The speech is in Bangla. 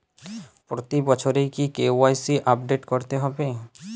প্রতি বছরই কি কে.ওয়াই.সি আপডেট করতে হবে?